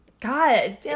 God